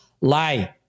Lie